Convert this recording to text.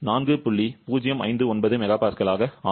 059 MPa ஆகும்